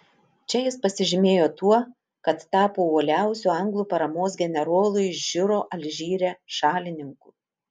čia jis pasižymėjo tuo kad tapo uoliausiu anglų paramos generolui žiro alžyre šalininku